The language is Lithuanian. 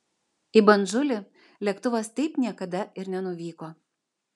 į bandžulį lėktuvas taip niekada ir nenuvyko